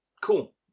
cool